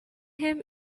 him